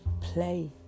play